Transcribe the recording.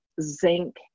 zinc